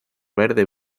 verde